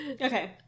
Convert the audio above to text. Okay